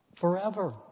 forever